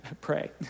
Pray